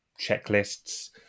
checklists